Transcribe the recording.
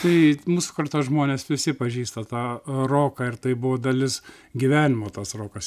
tai mūsų kartos žmonės visi pažįsta tą roką ir tai buvo dalis gyvenimo tas rokas